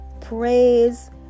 praise